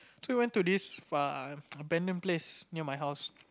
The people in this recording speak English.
so we went to this far abandoned place near my house